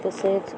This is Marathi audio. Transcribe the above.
तसेच